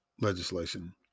legislation